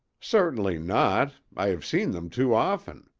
certainly not i have seen them too often.